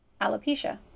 alopecia